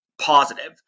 positive